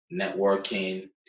networking